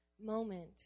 moment